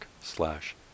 slash